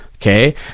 okay